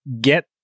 get